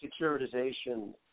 securitization